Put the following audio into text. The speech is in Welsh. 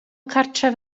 cartref